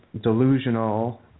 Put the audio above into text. delusional